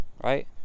Right